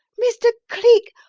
mr. cleek,